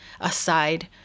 aside